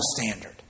standard